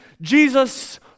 Jesus